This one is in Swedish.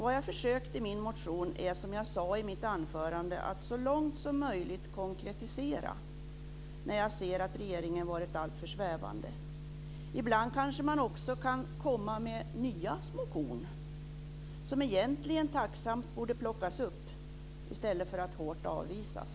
Vad jag försökt göra i min motion är, som jag sade i mitt anförande, att så långt som möjligt konkretisera när jag sett att regeringen har varit alltför svävande. Man kan kanske ibland också komma med nya små korn, som egentligen tacksamt borde plockas upp i stället för att hårt avvisas.